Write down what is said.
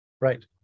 right